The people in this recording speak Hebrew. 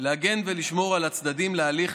להגן ולשמור על הצדדים להליך,